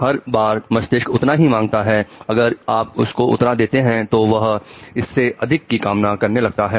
हर बार मस्तिष्क उतना ही मांगता है अगर आप उसको उतना देते हैं तो वह इससे अधिक की कामना करने लगता है